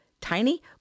tiny